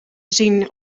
zien